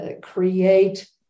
create